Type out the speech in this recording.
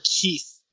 Keith